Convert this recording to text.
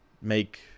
make